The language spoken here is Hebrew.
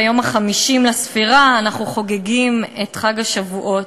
ביום ה-50 לספירה אנחנו חוגגים את חג השבועות.